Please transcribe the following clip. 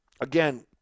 again